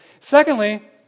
Secondly